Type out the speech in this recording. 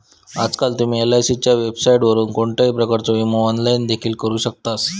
आजकाल तुम्ही एलआयसीच्या वेबसाइटवरून कोणत्याही प्रकारचो विमो ऑनलाइन देखील करू शकतास